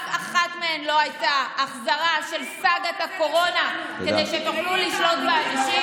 אף אחת מהן לא הייתה החזרה של סאגת הקורונה כדי שתוכלו לשלוט באנשים.